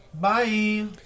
Bye